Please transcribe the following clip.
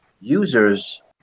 users